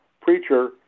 preacher